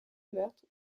meurtre